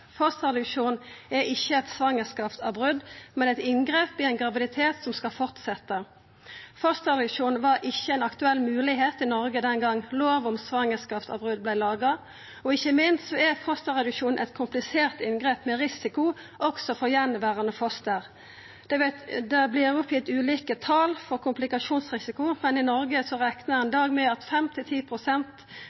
Fosterreduksjon er ikkje eit svangerskapsavbrot, men eit inngrep i ein graviditet som skal fortsetja. Fosterreduksjon var ikkje ei aktuell mogelegheit i Noreg den gongen lova om svangerskapsavbrot vart laga, og ikkje minst er fosterreduksjon eit komplisert inngrep med risiko òg for attverande foster. Ulike tal vert oppgitte for risiko for komplikasjonar, men i Noreg reknar ein med at 5–10 pst. får tap av attverande foster ved reduksjon i tvillingsvangerskap. Dette meiner eg gjer fosterreduksjon til